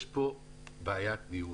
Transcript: יש פה בעיית דיון.